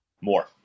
More